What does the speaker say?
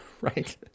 right